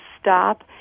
stop